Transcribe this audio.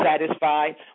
satisfied